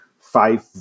five